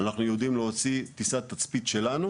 אנחנו יודעים להוציא טיסת תצפית שלנו